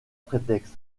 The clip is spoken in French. prétexte